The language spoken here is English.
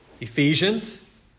Ephesians